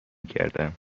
کردم